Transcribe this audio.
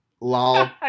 Lol